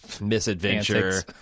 misadventure